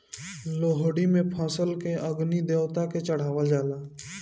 लोहड़ी में फसल के अग्नि देवता के चढ़ावल जाला